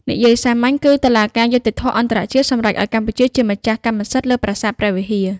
និយាយសាមញ្ញគឺ តុលាការយុត្តិធម៌អន្តរជាតិ សម្រេចឱ្យកម្ពុជាជាម្ចាស់កម្មសិទ្ធិលើប្រាសាទព្រះវិហារ។